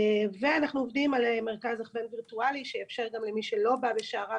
ואנחנו עובדים על מרכז הכוון וירטואלי שיאפשר גם למי שלא בא בשעריו